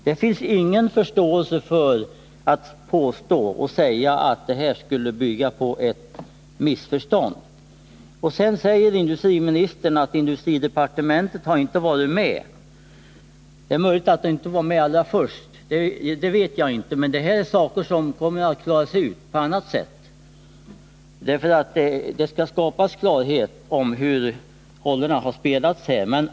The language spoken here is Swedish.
Det finns ingen förståelse för påståendet att reaktionerna skulle bygga på ett missförstånd. Industriministern säger vidare att industridepartementet inte har varit med i förhandlingarna. Det är möjligt att industridepartementet inte var inkopplat från allra första början — jag vet inte det, men hur det förhåller sig med den saken kommer att klaras ut på annat sätt, för det måste skapas kunskap om hur rollerna har spelats.